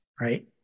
right